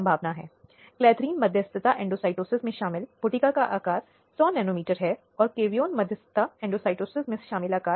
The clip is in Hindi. कुछ प्रश्न जिनमें कुछ निजी पहलू शामिल हो सकते हैं यह सुनिश्चित करने के लिए कि ये सार्वजनिक न हों